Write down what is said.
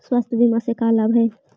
स्वास्थ्य बीमा से का लाभ है?